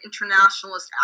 internationalist